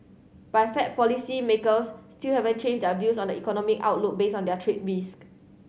but Fed policymakers still haven't changed their views on the economic outlook based on their trade risk